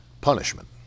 punishment